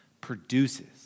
produces